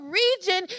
region